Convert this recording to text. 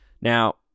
Now